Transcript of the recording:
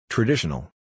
Traditional